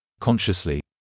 consciously